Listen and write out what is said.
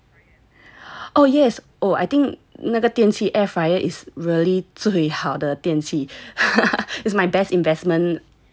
oh yes oh I think 那个电器 air fryer is really 最好的电器 is my best investment ever